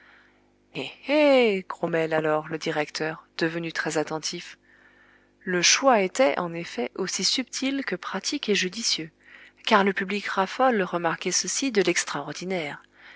hé grommelle alors le directeur devenu très attentif le choix était en effet aussi subtil que pratique et judicieux car le public raffole remarquez ceci de l'extraordinaire